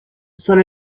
son